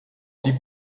blieb